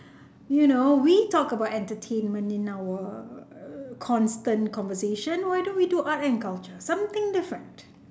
you know we talk about entertainment in our err constant conversation why don't we do art and culture something different